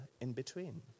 in-between